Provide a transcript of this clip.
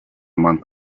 month